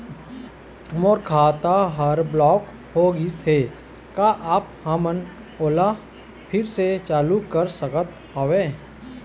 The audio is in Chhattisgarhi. मोर खाता हर ब्लॉक होथे गिस हे, का आप हमन ओला फिर से चालू कर सकत हावे?